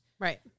Right